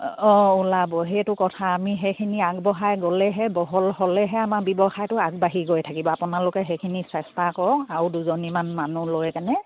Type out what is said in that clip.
অঁ ওলাব সেইটো কথা আমি সেইখিনি আগবঢ়াই গ'লেহে বহল হ'লেহে আমাৰ ব্যৱসায়টো আগবাঢ়ি গৈ থাকিব আপোনালোকে সেইখিনি চেষ্টা কৰক আৰু দুজনীমান মানুহ লৈ কেনে